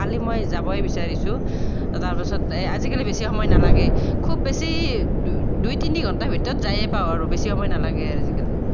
কালি মই যাবই বিচাৰিছোঁ তাৰপিছত এ আজিকালি বেছি সময় নালাগে খুব বেছি দু দুই তিনি ঘণ্টা ভিতৰত যায়েই পাওঁ আৰু বেছি সময় নালাগে আজিকালি